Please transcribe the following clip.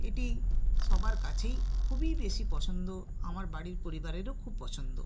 এটি সবার কাছেই খুবই বেশি পছন্দ আমার বাড়ির পরিবারেরও খুব পছন্দ